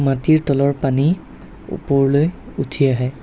মাটিৰ তলৰ পানী ওপৰলৈ উঠি আহে